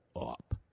up